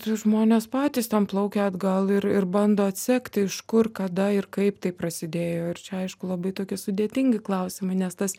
tai žmonės patys ten plaukia atgal ir ir bando atsekti iš kur kada ir kaip tai prasidėjo ir čia aišku labai tokie sudėtingi klausimai nes tas